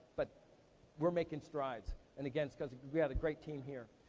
but we're making strides, and again, it's cause we have a great team here.